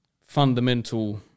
fundamental